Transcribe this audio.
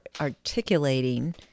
articulating